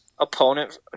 opponent